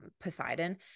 Poseidon